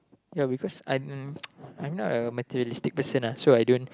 ya because I I'm not a materialistic person ah so I don't